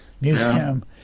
museum